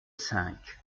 cinq